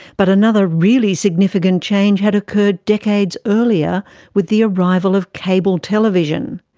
but another really significant change had occurred decades earlier with the arrival of cable television.